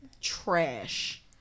trash